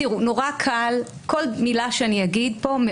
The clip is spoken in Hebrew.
כל מילה שאגיד פה,